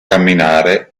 camminare